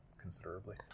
considerably